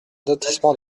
lotissement